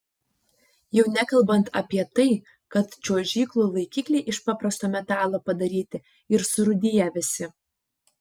jau nekalbant apie tai kad čiuožyklų laikikliai iš paprasto metalo padaryti ir surūdiję visi